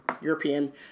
European